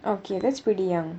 okay that's pretty young